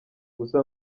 gusa